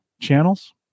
Channels